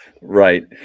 Right